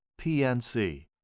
PNC